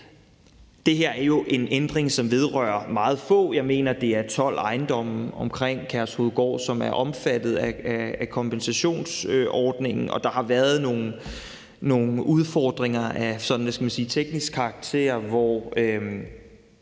Det her er jo en ændring, som vedrører meget få. Jeg mener, det er 12 ejendomme omkring Kærshovedgård, som er omfattet af kompensationsordningen, og der har været nogle udfordringer af sådan teknisk karakter, hvor